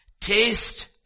Taste